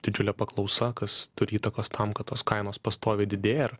didžiulė paklausa kas turi įtakos tam kad tos kainos pastoviai didėja ar